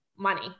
money